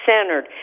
centered